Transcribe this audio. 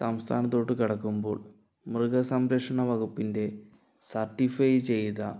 സംസ്ഥാനത്തോട്ട് കടക്കുമ്പോൾ മൃഗസംരക്ഷണ വകുപ്പിൻ്റെ സർട്ടിഫൈ ചെയ്ത